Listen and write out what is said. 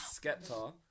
Skepta